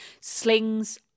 Slings